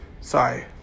Sorry